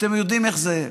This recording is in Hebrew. אתם יודעים איך זה,